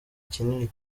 kinini